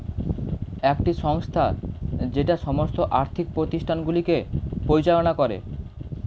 একটি সংস্থা যেটা সমস্ত আর্থিক প্রতিষ্ঠানগুলিকে পরিচালনা করে